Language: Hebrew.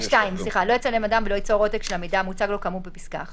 (2) לא יצלם אדם או לא ייצור עותק של המידע המוצג לו כאמור בפסקה (1).